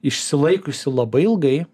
išsilaikiusi labai ilgai